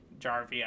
Jarvia